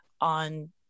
on